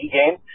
game